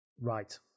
Right